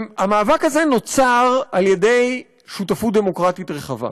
והמאבק הזה נוצר על-ידי שותפות דמוקרטית רחבה,